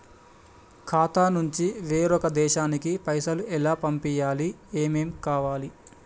ఖాతా నుంచి వేరొక దేశానికి పైసలు ఎలా పంపియ్యాలి? ఏమేం కావాలి?